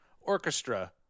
orchestra